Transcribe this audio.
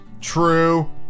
True